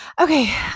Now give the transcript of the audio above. Okay